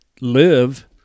live